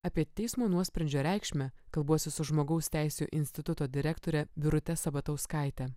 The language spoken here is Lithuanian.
apie teismo nuosprendžio reikšmę kalbuosi su žmogaus teisių instituto direktore birute sabatauskaite